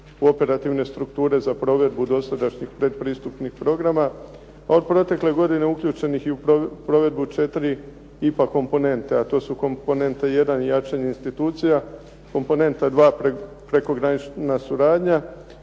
u operativne strukture za provedbu dosadašnjih pretpristupnih programa a od protekle godine uključenih i u provedbu četiri IPA komponente a to su komponente 1 - jačanje institucija, komponenta 2 - prekogranična suradnja,